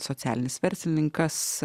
socialinis verslininkas